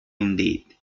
indeed